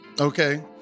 Okay